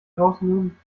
rausnehmen